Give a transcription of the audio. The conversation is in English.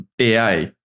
ai